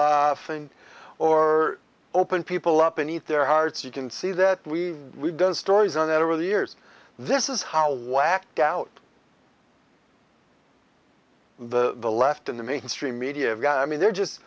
thing or open people up and eat their hearts you can see that we we've done stories on that over the years this is how whacked out the the left in the mainstream media got i mean they're just